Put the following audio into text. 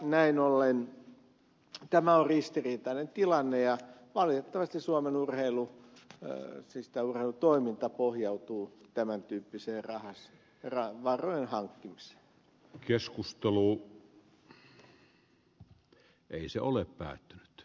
näin ollen tämä on ristiriitainen tilanne ja valitettavasti suomen urheilu tai siis täällä toimintapohjautuu tämäntyyppiseenrahasto kerää varoja urheilutoiminta pohjautuu tämäntyyppiseen varojen hankkimiseen